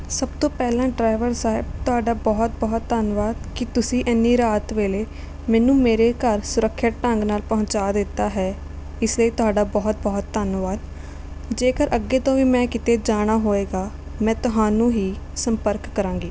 ਸਭ ਤੋਂ ਪਹਿਲਾਂ ਡਰਾਈਵਰ ਸਾਹਿਬ ਤੁਹਾਡਾ ਬਹੁਤ ਬਹੁਤ ਧੰਨਵਾਦ ਕਿ ਤੁਸੀਂ ਇੰਨੀ ਰਾਤ ਵੇਲੇ ਮੈਨੂੰ ਮੇਰੇ ਘਰ ਸੁਰੱਖਿਅਤ ਢੰਗ ਨਾਲ ਪਹੁੰਚਾ ਦਿੱਤਾ ਹੈ ਇਸ ਲਈ ਤੁਹਾਡਾ ਬਹੁਤ ਬਹੁਤ ਧੰਨਵਾਦ ਜੇਕਰ ਅੱਗੇ ਤੋਂ ਵੀ ਮੈਂ ਕਿਤੇ ਜਾਣਾ ਹੋਵੇਗਾ ਮੈਂ ਤੁਹਾਨੂੰ ਹੀ ਸੰਪਰਕ ਕਰਾਂਗੀ